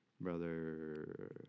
Brother